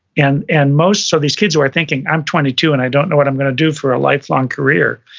and and most of these kids who are thinking, i'm twenty two, and i don't know what i'm gonna do for a lifelong career.